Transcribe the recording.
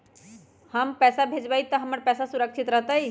हम पैसा भेजबई तो हमर पैसा सुरक्षित रहतई?